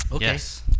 yes